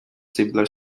simpler